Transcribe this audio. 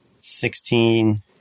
sixteen